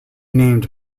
named